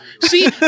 See